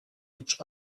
each